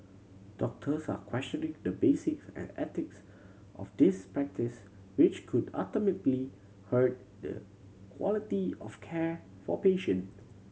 doctors are questioning the basis and ethics of this practice which could ultimately hurt the quality of care for patient